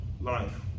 life